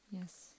Yes